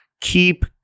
keep